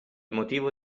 motivo